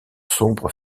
sombre